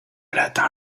atteint